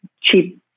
cheap